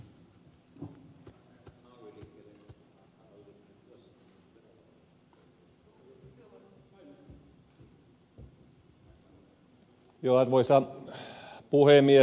arvoisa puhemies